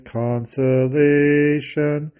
consolation